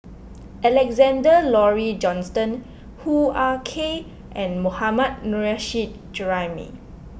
Alexander Laurie Johnston Hoo Ah Kay and Mohammad Nurrasyid Juraimi